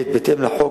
בהתאם לחוק,